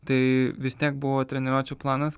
tai vis tiek buvo treniruočių planas